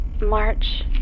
March